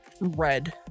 red